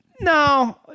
No